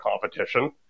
competition